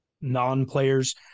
non-players